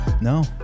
No